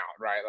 right